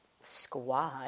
squad